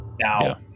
Now